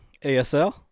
ASL